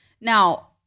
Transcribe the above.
now